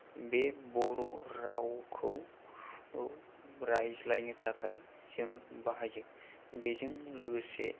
बे बर' रावखौ रायज्लायनो थाखाय जोङो बाहायो बेजों लोगोसे